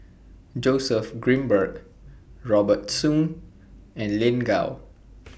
Joseph Grimberg Robert Soon and Lin Gao